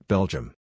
Belgium